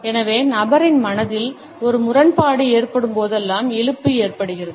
எனவே நபரின் மனதில் ஒரு முரண்பாடு ஏற்படும்போதெல்லாம் இழுப்பு ஏற்படுகிறது